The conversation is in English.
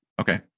Okay